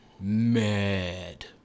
mad